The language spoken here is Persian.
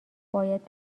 باید